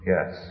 Yes